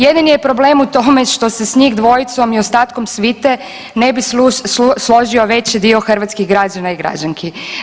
Jedini je problem u tome što se s njih dvojicom i ostatkom svite ne bi složio veći dio hrvatskih građana i građanki.